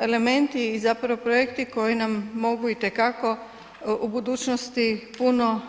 elementi i zapravo projekti koji nam mogu i te kako u budućnosti puno